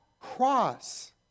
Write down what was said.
cross